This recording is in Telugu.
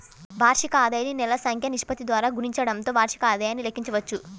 వార్షిక ఆదాయాన్ని నెలల సంఖ్య నిష్పత్తి ద్వారా గుణించడంతో వార్షిక ఆదాయాన్ని లెక్కించవచ్చు